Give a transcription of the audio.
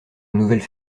nouvelles